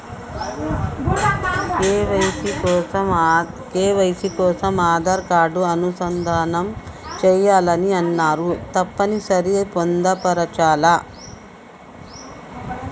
KYC కోసం Aadhaar card అనుసంధానం చేయాలని అన్నరు తప్పని సరి పొందుపరచాలా?